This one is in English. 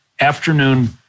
afternoon